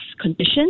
condition